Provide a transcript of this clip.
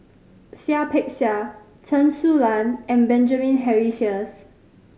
Seah Peck Seah Chen Su Lan and Benjamin Henry Sheares